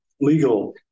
legal